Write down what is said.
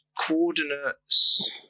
Coordinates